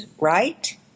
right